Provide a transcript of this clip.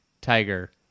Tiger